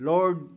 Lord